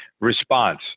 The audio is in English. response